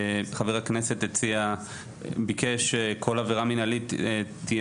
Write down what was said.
חה"כ ביקש שכל עבירה מינהלית תהיה